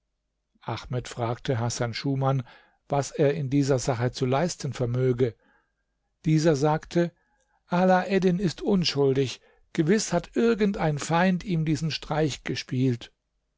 ahmed fragte hasan schuman was er in dieser sache zu leisten vermöge dieser sagte ala eddin ist unschuldig gewiß hat irgend ein feind ihm diesen streich gespielte